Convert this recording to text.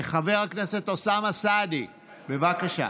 חבר הכנסת אוסאמה סעדי, בבקשה.